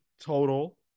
total